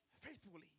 faithfully